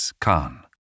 Khan